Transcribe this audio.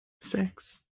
Six